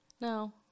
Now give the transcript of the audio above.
No